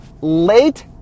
Late